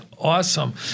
awesome